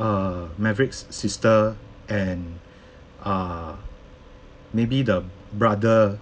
err maverick's sister and uh maybe the brother